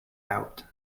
out